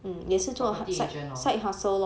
property agent hor